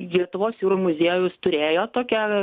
lietuvos jūrų muziejus turėjo tokią